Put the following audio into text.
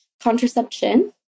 contraception